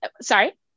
Sorry